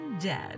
dead